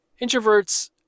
Introverts